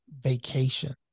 vacation